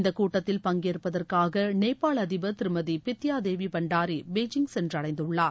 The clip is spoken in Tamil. இந்த கூட்டத்தில் பங்கேற்பதற்காக நேபாள அதிபர் திருமதி பித்தியா தேவி பண்டாரி பெய்ஜிங் சென்றடைந்துள்ளார்